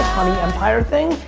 honey empire thing.